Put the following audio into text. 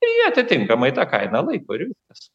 ir jie atitinkamai tą kainą laiko ir viskas